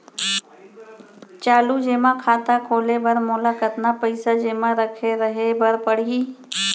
चालू जेमा खाता खोले बर मोला कतना पइसा जेमा रखे रहे बर पड़ही?